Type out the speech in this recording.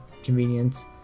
convenience